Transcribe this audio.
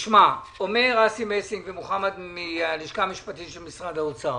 אומרים אסי מסינג ומוחמד מהלשכה המשפטית של משרד האוצר